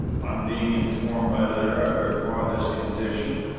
on being informed by letter of her father's condition,